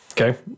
Okay